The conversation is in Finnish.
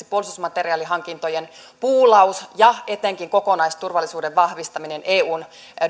puolustusmateriaalihankintojen poolaus ja etenkin kokonaisturvallisuuden vahvistaminen eun